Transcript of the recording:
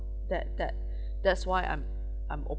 that that that's why I'm I'm